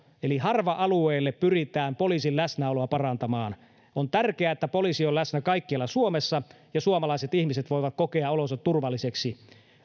eli harva alueilla pyritään poliisin läsnäoloa parantamaan on tärkeää että poliisi on läsnä kaikkialla suomessa ja suomalaiset ihmiset voivat kokea olonsa turvalliseksi